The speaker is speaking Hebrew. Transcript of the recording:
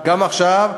גם עכשיו,